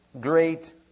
great